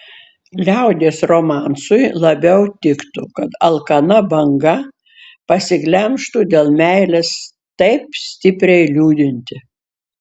liaudies romansui labiau tiktų kad alkana banga pasiglemžtų dėl meilės taip stipriai liūdintį